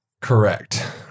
Correct